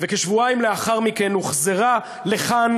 וכשבועיים לאחר מכן הוחזרה לכאן